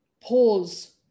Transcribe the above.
pause